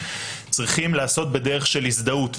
צריכים להיעשות בדרך של הזדהות,